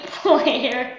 player